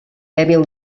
dèbil